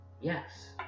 Yes